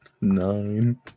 Nine